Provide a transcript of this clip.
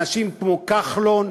אנשים כמו כחלון,